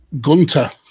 Gunter